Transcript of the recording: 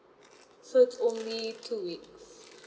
so only two weeks